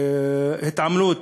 התעמלות,